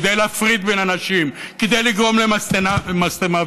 כדי להפריד בין אנשים, כדי לגרום להם משטמה ושנאה.